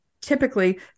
typically